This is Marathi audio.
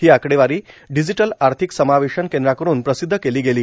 ही आकडेवारी डिजिटल आर्थिक समावेशन केंद्राकडून प्रसिध्द केली गेली